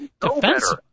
defense